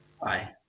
Bye